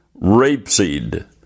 rapeseed